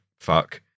fuck